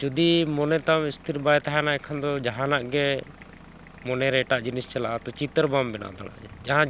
ᱡᱩᱫᱤ ᱢᱚᱱᱮᱛᱟᱢ ᱤᱥᱛᱷᱤᱨ ᱵᱟᱭ ᱛᱟᱦᱮᱱᱟ ᱮᱠᱷᱟᱱ ᱫᱚ ᱡᱟᱦᱟᱱᱟᱜ ᱜᱮ ᱢᱚᱱᱮ ᱨᱮ ᱮᱴᱟᱜ ᱡᱤᱱᱤᱥ ᱪᱟᱞᱟᱜᱼᱟ ᱛᱚ ᱪᱤᱛᱟᱹᱨ ᱵᱟᱢ ᱵᱮᱱᱟᱣ ᱫᱟᱲᱮᱭᱟᱜᱼᱟ ᱡᱟᱦᱟᱸ